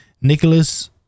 Nicholas